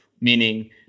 meaning